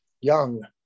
Young